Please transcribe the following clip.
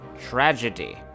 Tragedy